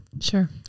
Sure